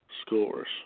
scores